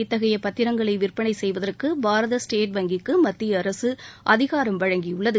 இத்தகைய பத்திரங்களை விற்பனை செய்வதற்கு பாரத ஸ்டேட் வங்கிக்கு மத்திய அரசு அதிகாரம் வழங்கியுள்ளது